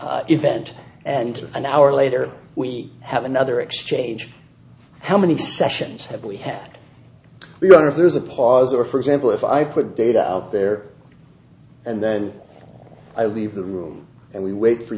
event and an hour later we have another exchange how many sessions have we had we don't if there's a pause or for example if i put data out there and then i leave the room and we wait for